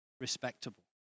respectable